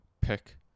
pick